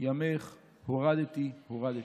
ימך הורדתי הורדתי".